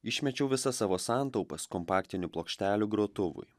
išmečiau visas savo santaupas kompaktinių plokštelių grotuvui